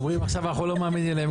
אומרים עכשיו אנחנו לא מאמינים להם,